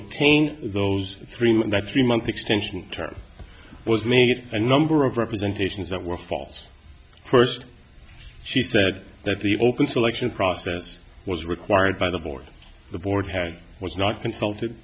obtain those three that three month extension term was made a number of representation that were false first she said that the open selection process was required by the board the board had was not consulted